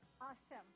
Awesome